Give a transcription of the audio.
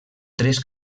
tres